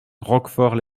roquefort